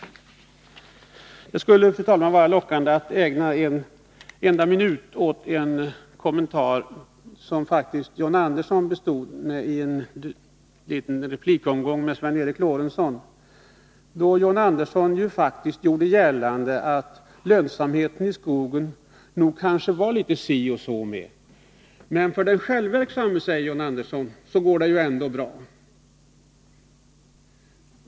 Det skulle, fru talman, vara lockande att ägna en enda minut åt en kommentar som John Andersson hade i en replikomgång med Sven Eric Lorentzon. John Andersson gjorde faktiskt gällande att det nog var litet si och så med lönsamheten i skogsbruket. Men för den självverksamme, sade John Andersson, går det ju ändå bra.